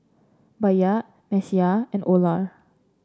Bayard Messiah and Olar